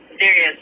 serious